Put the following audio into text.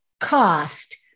cost